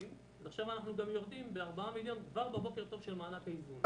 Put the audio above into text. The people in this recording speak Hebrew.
עכשיו אנחנו גם יורדים בארבעה מיליון במענק האיזון.